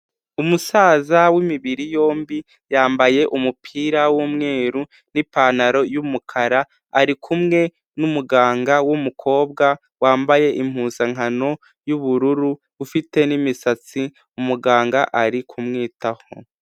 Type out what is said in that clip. Umusaza w'imibiri yombi yambaye umupira w'umweru n'ipantaro y'umukara arikumwe n'umuganga w'umukobwa wambaye impuzankano y'ubururu ufite n'imisatsi umuganga ari kumwitaho.